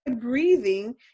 breathing